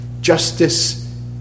justice